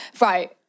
Right